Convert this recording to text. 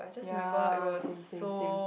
ya same same same